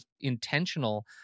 intentional